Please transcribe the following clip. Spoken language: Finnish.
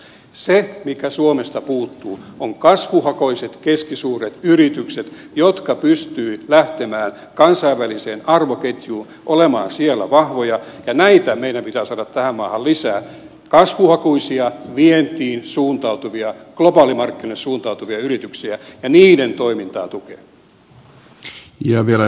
se mikä suomesta puuttuu ovat kasvuhakuiset keskisuuret yritykset jotka pystyvät lähtemään kansainväliseen arvoketjuun olemaan siellä vahvoja ja näitä meidän pitää saada tähän maahan lisää kasvuhakuisia vientiin suuntautuvia globaalimarkkinoille suuntautuvia yrityksiä ja niiden toimintaa tukea